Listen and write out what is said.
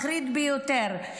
מחריד ביותר.